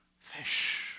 fish